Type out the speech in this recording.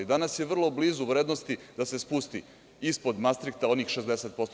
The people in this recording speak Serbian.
Danas je vrlo blizu vrednosti da se spusti ispod Mastrihta onih 60%